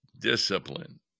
discipline